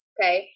Okay